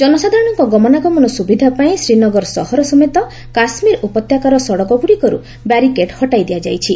ଜନସାଧାରଣଙ୍କ ଗମନାଗମନ ସ୍ୱବିଧା ପାଇଁ ଶ୍ରୀନଗର ସହର ସମେତ କାଶୁୀର ଉପତ୍ୟକାର ସଡକଗ୍ରଡିକର୍ ବ୍ୟାରିକେଟ ହଟାଇ ଦିଆଯାଇଛି